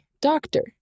Doctor